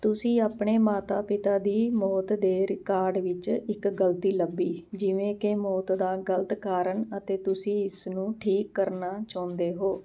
ਤੁਸੀਂ ਆਪਣੇ ਮਾਤਾ ਪਿਤਾ ਦੀ ਮੌਤ ਦੇ ਰਿਕਾਰਡ ਵਿੱਚ ਇੱਕ ਗਲਤੀ ਲੱਭੀ ਜਿਵੇਂ ਕਿ ਮੌਤ ਦਾ ਗਲਤ ਕਾਰਨ ਅਤੇ ਤੁਸੀਂ ਇਸ ਨੂੰ ਠੀਕ ਕਰਨਾ ਚਾਹੁੰਦੇ ਹੋ